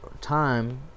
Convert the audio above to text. Time